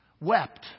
wept